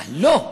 אבל לא.